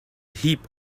heap